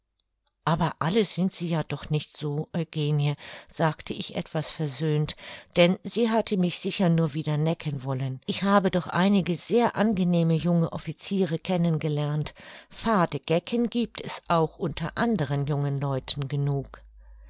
aber alle sind sie ja doch nicht so eugenie sagte ich etwas versöhnt denn sie hatte mich sicher nur wieder necken wollen ich habe doch einige sehr angenehme junge officiere kennen gelernt fade gecken giebt es auch unter anderen jungen leuten genug